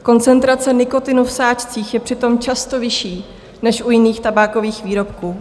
Koncentrace nikotinu v sáčcích je přitom často vyšší než u jiných tabákových výrobků.